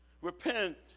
repent